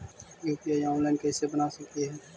UPI online कैसे बना सकली हे?